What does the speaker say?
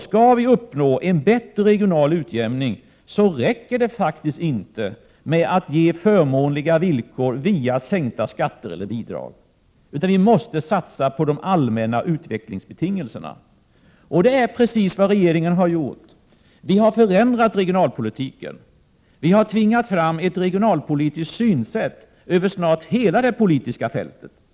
Skall vi uppnå en bättre regional utjämning räcker det faktiskt inte med att ge förmånliga villkor via sänkta skatter eller via bidrag, utan vi måste satsa på de allmänna utvecklingsbetingelserna. Det är precis vad regeringen har gjort. Regeringen har förändrat regionalpolitiken och tvingat fram ett regionalpolitiskt synsätt över snart hela det politiska fältet.